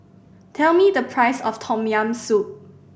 tell me the price of Tom Yam Soup